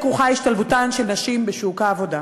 כרוכה השתלבותן של נשים בשוק העבודה.